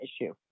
issue